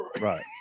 right